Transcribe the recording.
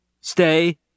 Stay